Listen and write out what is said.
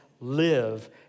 live